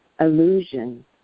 illusion